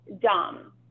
dumb